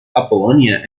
apollonia